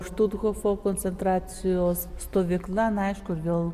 štuthofo koncentracijos stovykla aišku ir vėl